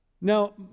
Now